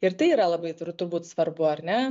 ir tai yra labai turbūt svarbu ar ne